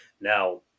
now